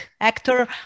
actor